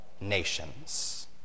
nations